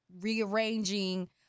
rearranging